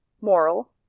moral